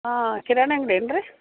ಹಾಂ ಕಿರಾಣಿ ಅಂಗಡಿ ಏನು ರಿ